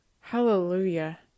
Hallelujah